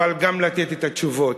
אבל גם לתת את התשובות.